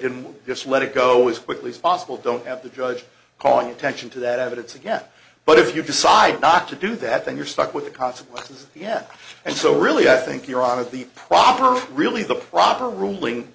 didn't just let it go was quickly as possible don't have the judge calling attention to that evidence again but if you decide not to do that then you're stuck with the consequences you have and so really i think you're on with the proper really the proper ruling